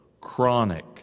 Chronic